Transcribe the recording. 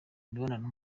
mibonano